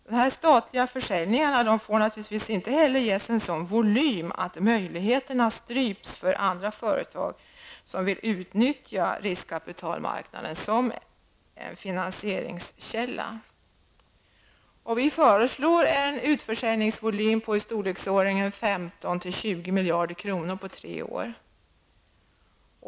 De statliga försäljningarna får inte heller ges en sådan volym att möjligheterna stryps för andra företag som vill utnyttja riskkapitalmarknaden som finansieringskälla. Vi föreslår en utförsäljningsvolym på i storleksordningen 15--20 miljarder kronor på tre år.